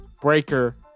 Breaker